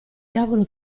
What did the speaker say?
diavolo